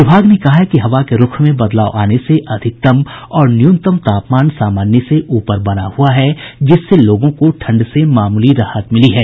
विभाग ने कहा है कि हवा के रूख में बदलाव आने से अधिकतम और न्यूनतम तापमान सामान्य से ऊपर बना हुआ है जिससे लोगों ठंड से मामूली राहत मिली है